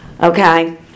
Okay